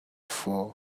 four